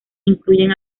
incluyen